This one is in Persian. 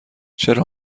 چرا